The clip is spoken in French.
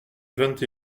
vingt